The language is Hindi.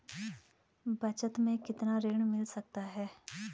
बचत मैं कितना ऋण मिल सकता है?